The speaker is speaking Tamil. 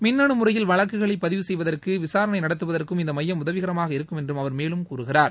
மின்னனு முறையில் வழக்குகளை பதிவு செய்வதற்கும் விசாரணை நடத்துவதற்கும் இந்த மையம் உதவிகரமாக இருக்கும் என்று அவர் மேலும் கூறுகிறார்